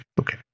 Okay